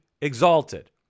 exalted